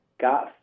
got